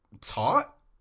taught